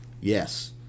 Yes